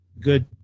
good